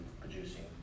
producing